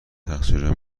تقصیرارو